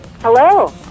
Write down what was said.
Hello